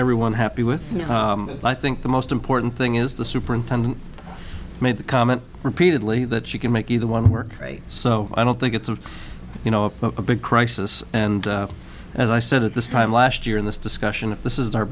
everyone happy with i think the most important thing is the superintendent made the comment repeatedly that she can make either one work so i don't think it's a you know a big crisis and as i said at this time last year in this discussion of this is our